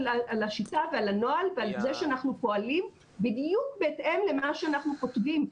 השיטה ועל הנוהל ועל זה שאנחנו פועלים בדיוק בהתאם למה שאנחנו כותבים,